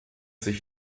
sich